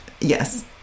Yes